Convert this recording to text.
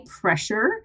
pressure